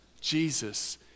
Jesus